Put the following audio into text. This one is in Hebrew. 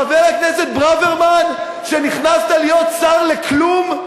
חבר הכנסת ברוורמן, שנכנסת להיות שר לכלום,